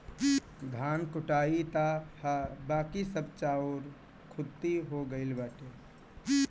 धान कुटाइल तअ हअ बाकी सब चाउर खुद्दी हो गइल बाटे